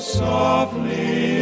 softly